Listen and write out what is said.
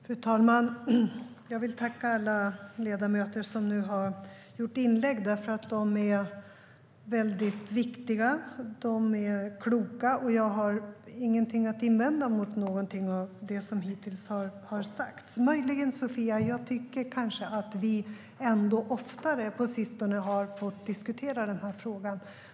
Fru talman! Jag vill tacka alla ledamöter som nu har gjort inlägg. De är väldigt viktiga. De är kloka. Jag har ingenting att invända mot någonting av det som hittills har sagts. Möjligen tycker jag, Sofia, att vi ändå oftare på sistone har fått diskutera den här frågan.